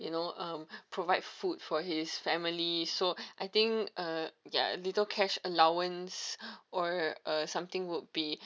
you know um provide food for his family so I think uh ya little cash allowance or uh something would be